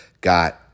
got